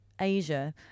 Asia